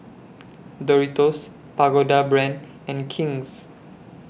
Doritos Pagoda Brand and King's